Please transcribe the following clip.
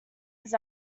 his